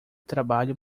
trabalho